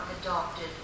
adopted